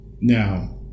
Now